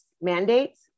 mandates